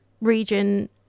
region